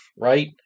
right